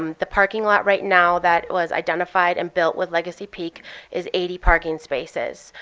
um the parking lot right now that was identified and built with legacy peak is eighty parking spaces.